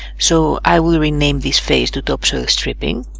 so i will rename this phase to topsoil stripping